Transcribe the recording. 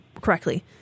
correctly